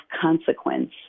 consequence